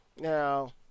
Now